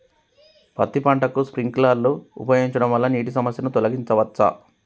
పత్తి పంటకు స్ప్రింక్లర్లు ఉపయోగించడం వల్ల నీటి సమస్యను తొలగించవచ్చా?